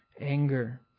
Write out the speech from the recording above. anger